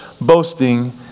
boasting